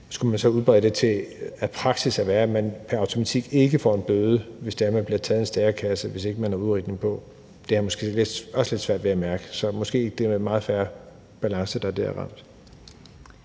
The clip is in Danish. skulle vi så udbrede det til, at praksis skulle være, at man pr. automatik ikke får en bøde, hvis man bliver taget af en stærekasse, når man ikke har udrykning på? Det har jeg måske også lidt svært ved at se. Så måske er det en meget fair balance, der dér er ramt.